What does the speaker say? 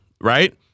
right